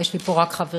יש לי פה רק חברים,